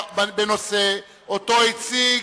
שאותו הציג